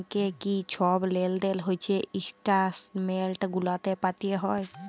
ব্যাংকে কি ছব লেলদেল হছে ইস্ট্যাটমেল্ট গুলাতে পাতে হ্যয়